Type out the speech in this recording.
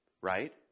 right